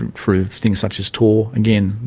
and through things such as tor again,